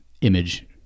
image